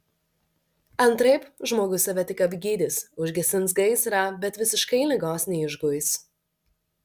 antraip žmogus save tik apgydys užgesins gaisrą bet visiškai ligos neišguis